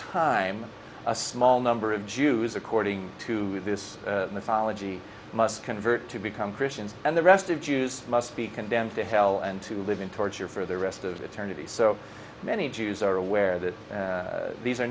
time a small number of jews according to this mythology must convert to become christians and the rest of jews must be condemned to hell and to live in torture for the rest of eternity so many jews are aware that these are